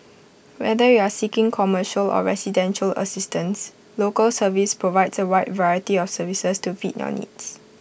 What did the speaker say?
whether you are seeking commercial or residential assistance Local Service provides A wide variety of services to fit your needs